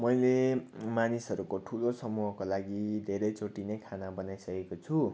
मैले मानिसहरूको ठुलो समूहको लागि धेरैचोटि नै खाना बनाइसकेको छु